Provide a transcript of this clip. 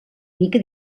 mica